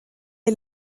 est